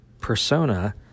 persona